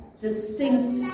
distinct